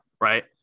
right